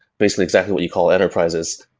basically, exactly what you call enterprises.